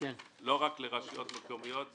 לא רק לרשויות מקומיות,